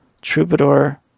Troubadour